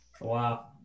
Wow